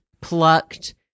plucked